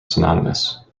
synonymous